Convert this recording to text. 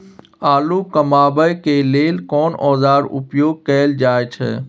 आलू कमाबै के लेल कोन औाजार उपयोग कैल जाय छै?